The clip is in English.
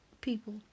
people